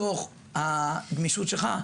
אם זה בתוך הגמישות שלך,